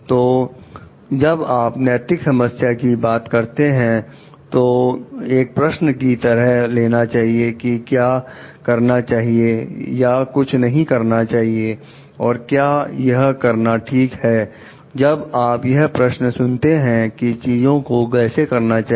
तो जब आप नैतिक समस्या की बात करते हैं तो एक प्रश्न की तरह लेना चाहिए कि कुछ करना चाहिए या कुछ नहीं करना चाहिए और क्या यह करना ठीक है जब आप यह प्रश्न सुनते हैं कि चीजों को कैसे करा जाए